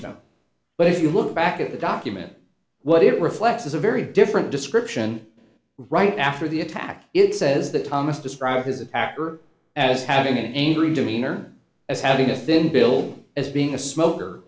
tone but if you look back at the document what it reflects is a very different description right after the attack it says that thomas described his attacker as having a green demeanor as having a thin bill as being a smoker